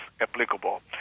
applicable